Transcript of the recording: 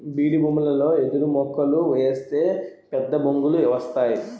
బీడుభూములలో ఎదురుమొక్కలు ఏస్తే పెద్దబొంగులు వస్తేయ్